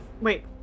Wait